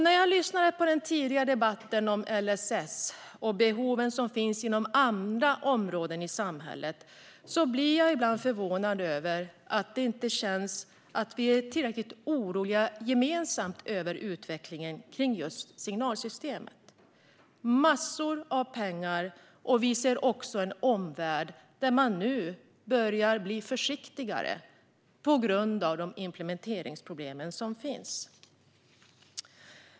När jag lyssnade på den tidigare debatten om LSS och behoven som finns inom andra områden i samhället blev jag förvånad över att vi inte är tillräckligt oroliga gemensamt inför utvecklingen av just signalsystemen. Det kostar massor av pengar. Vi har också en omvärld där man nu börjar att bli försiktigare på grund de implementeringsproblem som finns.